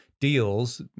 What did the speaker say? deals